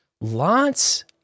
Lots